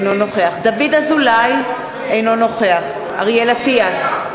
אינו נוכח דוד אזולאי, אינו נוכח אריאל אטיאס,